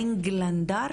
אנגלנדר.